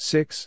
Six